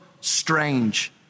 strange